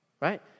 right